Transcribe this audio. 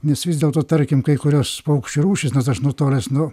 nes vis dėlto tarkim kai kurios paukščių rūšys nes aš nutolęs nuo